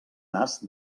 nas